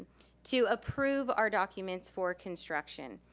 to approve our documents for construction.